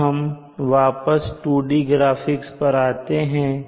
अब हम वापस 2D ग्राफिक्स पर आते हैं